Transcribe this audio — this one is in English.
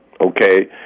Okay